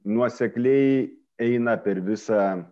nuosekliai eina per visą